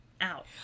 out